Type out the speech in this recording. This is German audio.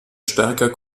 stärker